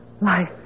life